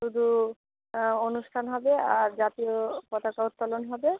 শুধু অনুষ্টান হবে আর জাতীয় পতাকা উত্তোলন হবে